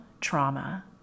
trauma